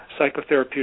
psychotherapeutic